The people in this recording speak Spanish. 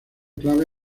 clave